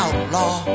Outlaw